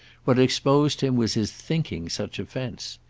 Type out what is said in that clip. what exposed him was his thinking such offence.